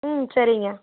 ம் சரிங்க